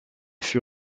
fut